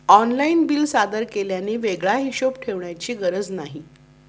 online bill सादर केल्याने वेगळा हिशोब ठेवण्याची गरज नाही